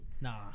Nah